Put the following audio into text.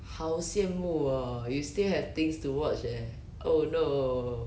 好羡慕哦 you still have things to watch eh oh no